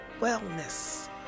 wellness